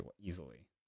easily